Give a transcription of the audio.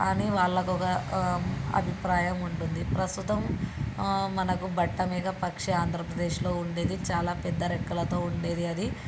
అని వాళ్ళకొక అభిప్రాయం ఉంటుంది ప్రస్తుతం మనకు బట్ట మీద పక్షి ఆంధ్రప్రదేశ్లో ఉండేది చాలా పెద్ద రెక్కలతో ఉండేది అది